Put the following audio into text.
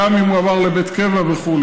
גם אם הוא עבר לבית קבע וכו'.